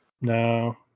No